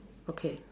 okay